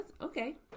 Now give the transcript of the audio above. okay